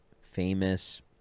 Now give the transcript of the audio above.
famous